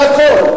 והכול.